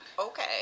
okay